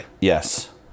Yes